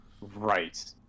right